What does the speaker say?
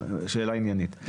שאלה עניינית.